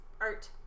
art